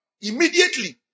immediately